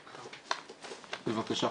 בבקשה,